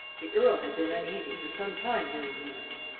the earl had been uneasy for some time during the evening,